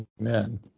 amen